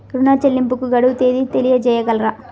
ఋణ చెల్లింపుకు గడువు తేదీ తెలియచేయగలరా?